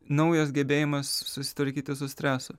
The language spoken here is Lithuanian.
naujas gebėjimas susitvarkyti su stresu